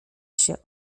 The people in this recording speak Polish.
się